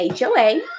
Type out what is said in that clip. HOA